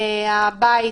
הבית,